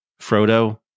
Frodo